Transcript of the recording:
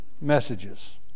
messages